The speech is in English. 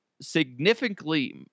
significantly